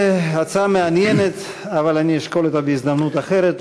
הצעה מעניינת, אבל אני אשקול אותה בהזדמנות אחרת.